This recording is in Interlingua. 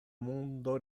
mundo